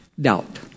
Doubt